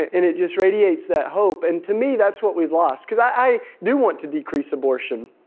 it and it just radiates that hope. and to me, that's what we've lost because i do want to decrease abortion.